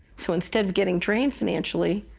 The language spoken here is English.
so instead of getting drained financially,